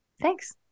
Thanks